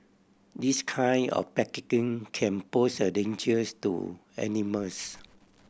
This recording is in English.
this kind of packaging can pose a dangers to animals